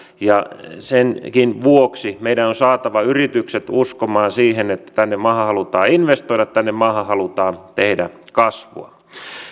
ja senkin vuoksi meidän on saatava yritykset uskomaan siihen että tänne maahan halutaan investoida tänne maahan halutaan tehdä kasvua